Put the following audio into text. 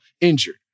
injured